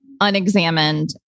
unexamined